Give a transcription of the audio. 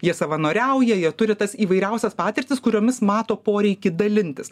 jie savanoriauja jie turi tas įvairiausias patirtis kuriomis mato poreikį dalintis